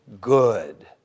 good